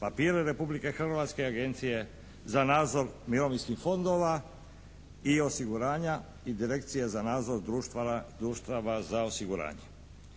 papire Republike Hrvatske, Agencije za nadzor mirovinskih fondova i osiguranja i Direkcije za nadzor društava za osiguranje.